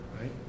right